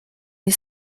nie